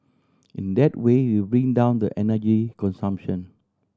in that way we bring down the energy consumption